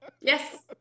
Yes